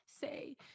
say